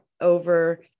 over